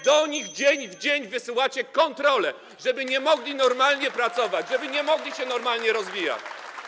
Do nich dzień w dzień wysyłacie kontrole, żeby nie mogli [[Gwar na sali, dzwonek]] normalnie pracować, żeby nie mogli się normalnie rozwijać.